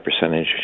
percentage